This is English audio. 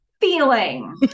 feeling